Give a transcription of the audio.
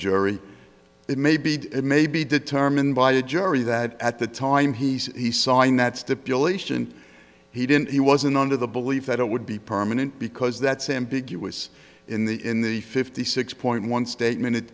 jury it may be it may be determined by a jury that at the time he signed that stipulation he didn't he wasn't under the belief that it would be permanent because that's ambiguous in the in the fifty six point one statement it